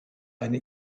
eine